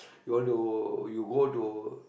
you all do you go to